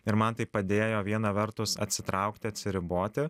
ir man tai padėjo viena vertus atsitraukti atsiriboti